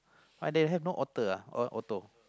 but they have no auto uh auto